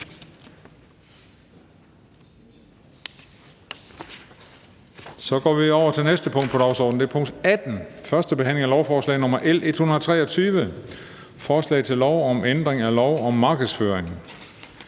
--- Det næste punkt på dagsordenen er: 18) 1. behandling af lovforslag nr. L 123: Forslag til lov om ændring af lov om markedsføring.